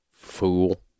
fool